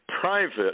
private